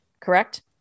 correct